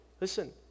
Listen